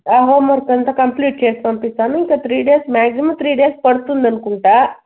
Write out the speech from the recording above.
homework అంతా complete చేసి పంపిస్తాను ఇంక three days maximum three days పడుతుంది అనుకుంటా